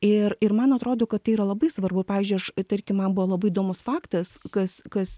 ir ir man atrodo kad tai yra labai svarbu pavyzdžiui aš tarkim man buvo labai įdomus faktas kas kas